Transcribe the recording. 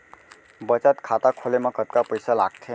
बचत खाता खोले मा कतका पइसा लागथे?